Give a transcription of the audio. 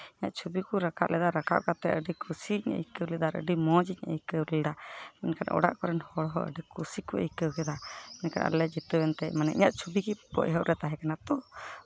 ᱤᱧᱟᱹᱜ ᱪᱷᱚᱵᱤ ᱠᱚ ᱨᱟᱠᱟᱵ ᱞᱮᱫᱟ ᱨᱟᱠᱟᱵ ᱠᱟᱛᱮ ᱟᱹᱰᱤ ᱠᱩᱥᱤᱧ ᱟᱹᱭᱠᱟᱹᱣ ᱞᱮᱫᱟ ᱟᱨ ᱟᱹᱰᱤ ᱢᱚᱡᱽ ᱤᱧ ᱟᱹᱭᱠᱟᱹᱣ ᱞᱮᱫᱟ ᱢᱮᱱᱠᱷᱟᱱ ᱚᱲᱟᱜ ᱠᱚᱨᱮᱱ ᱦᱚᱲ ᱦᱚᱸ ᱟᱹᱰᱤ ᱠᱩᱥᱤ ᱠᱚ ᱟᱹᱭᱠᱟᱹᱣ ᱠᱮᱫᱟ ᱢᱮᱱᱠᱷᱟᱡ ᱟᱞᱮ ᱞᱮ ᱡᱤᱛᱟᱹᱣ ᱮᱱᱛᱮ ᱢᱟᱱᱮ ᱤᱧᱟ ᱜ ᱪᱷᱚᱵᱤ ᱜᱮ ᱮᱦᱚᱵ ᱨᱮ ᱛᱟᱦᱮᱸ ᱠᱟᱱᱟ ᱛᱚ